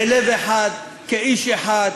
בלב אחד כאיש אחד,